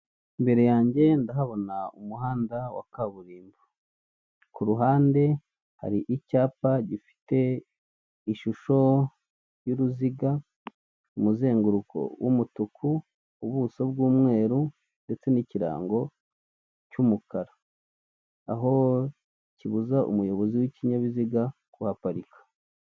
Imbere yanjye ndahabona umuhanda wa kaburimbo. Ku ruhande hari icyapa gifite ishusho y'uruziga, umuzenguruko w'umutuku, ubuso bw'umweru ndetse n'ikirango cy'umukara, aho kibuza umuyobozi w'ikinyabiziga kuhaparika.